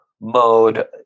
mode